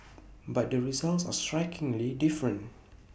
but the results are strikingly different